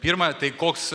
pirma tai koks